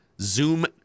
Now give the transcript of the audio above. Zoom